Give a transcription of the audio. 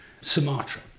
Sumatra